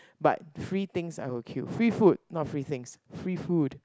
but free things I will queue free food not free things free food